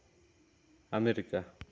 America